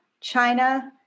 China